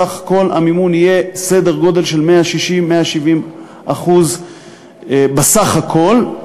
סך כל המימון יהיה סדר-גודל של 170%-160% בסך הכול.